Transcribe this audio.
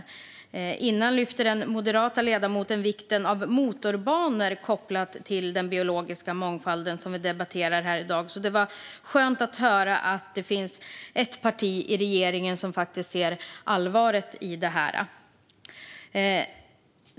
Tidigare lyfte den moderata ledamoten vikten av motorbanor kopplat till den biologiska mångfalden, som vi debatterar här i dag, men det var skönt att höra att det finns ett parti i regeringen som ser allvaret i detta.